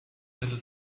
little